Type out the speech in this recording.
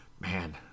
Man